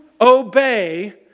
obey